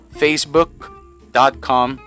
facebook.com